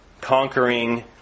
conquering